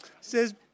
Says